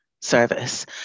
service